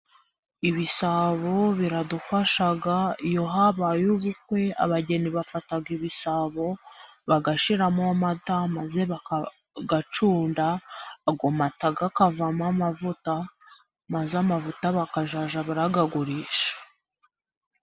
Ibisabo biradufasha, iyo habaye ubukwe abageni bafata ibisabo bagashyiramo amata maze bakayacunda, ayo mata akavmo amavuta, maze amavuta bakajya barayagurisha.